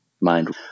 mind